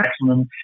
maximum